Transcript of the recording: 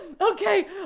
Okay